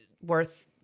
worth